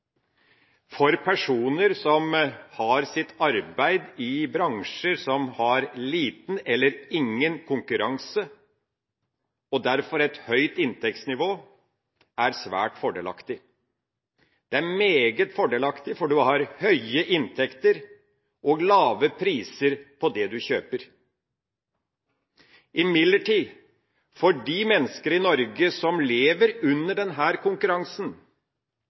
for personer som har sitt arbeid i bransjer som har liten eller ingen konkurranse og derfor et høyt inntektsnivå, er svært fordelaktig. Det er meget fordelaktig, for en har høye inntekter og lave priser på det en kjøper. For de mennesker i Norge som lever under denne konkurransen – som oppfattes som mer og mer urettferdig, fordi den